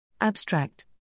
Abstract